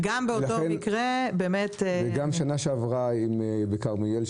וגם בשנה שעברה בכרמיאל,